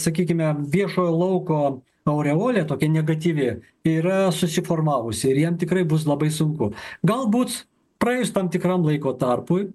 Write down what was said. sakykime viešojo lauko aureolė tokia negatyvi yra susiformavusi ir jam tikrai bus labai sunku galbūt praėjus tam tikram laiko tarpui